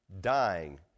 dying